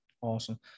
Awesome